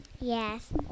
Yes